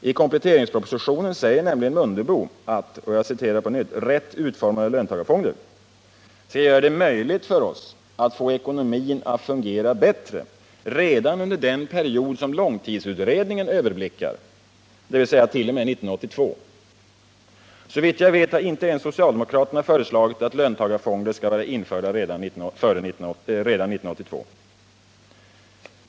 I kompletteringspropositionen säger nämligen Ingemar Mundebo att ”rätt utformade löntagarfonder” skall göra det möjligt för oss att få ekonomin att fungera bättre redan under den period som långtidsutredningen överblickar, t.o.m. 1982. Såvitt jag vet har inte ens socialdemokraterna föreslagit att löntagarfonder skall vara införda redan 1982.